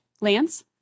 Lance